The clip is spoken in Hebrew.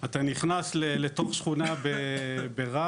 אתה נכנס לתוך שכונה ברהט,